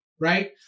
right